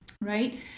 Right